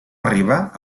arriba